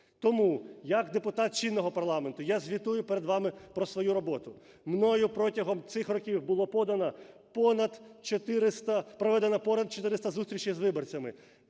Тому як депутат чинного парламенту я звітую перед вами про свою роботу. Мною протягом цих років було подано понад 400… проведено понад 400 зустрічей з виборцями,